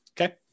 Okay